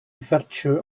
virtue